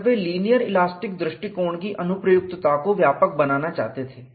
जब वे linear elastic दृष्टिकोण की अनुप्रयुक्तता को व्यापक बनाना चाहते थे